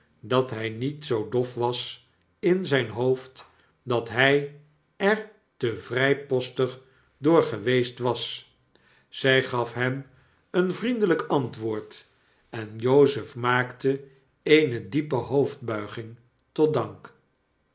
dat hjj niet zoodofwas in zyn hoofd dat hy er te vrypostig doorgeweest was zy gaf hem een vriendelyk antwoord en jozef maakte eene diepe hoofdbuiging tot dank